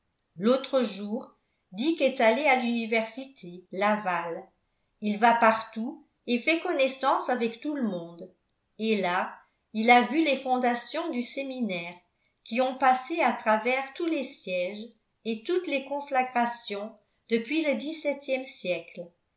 l'autre jour dick est allé à l'université laval il va partout et fait connaissance avec tout le monde et là il a vu les fondations du séminaire qui ont passé à travers tous les sièges et toutes les conflagrations depuis le dix-septième siècle